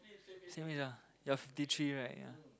same age ah you're fifty three right ya